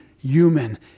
human